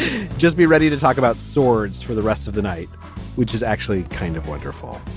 just be ready to talk about swords for the rest of the night which is actually kind of wonderful.